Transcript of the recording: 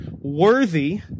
worthy